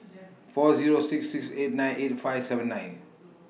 four Zero six six eight nine eight five seven nine